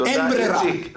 אין ברירה,